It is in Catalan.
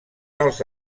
als